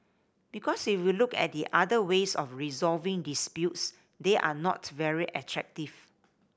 because if you look at the other ways of resolving disputes they are not very attractive